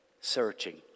searching